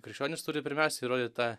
krikščionys turi pirmiausia ir rodyt tą